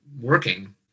working